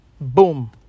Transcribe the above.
boom